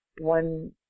one